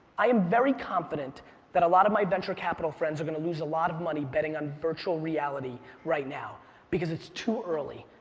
i am very confident that a lot of my venture capital friends are gonna lose a lot of money betting on virtual reality right now because it's too early,